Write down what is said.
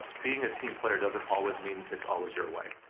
being a team player doesn't always mean it's always your way.